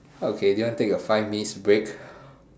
okay do you want take a five minutes break